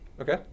Okay